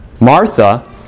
Martha